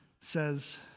says